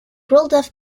rudolf